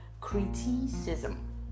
Criticism